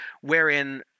wherein